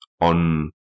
on